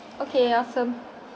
okay awesome